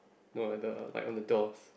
no at the like on the doors